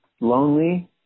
lonely